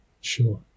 Sure